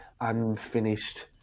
unfinished